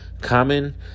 Common